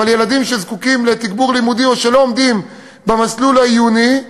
אבל ילדים שזקוקים לתגבור לימודי או שלא עומדים במסלול העיוני,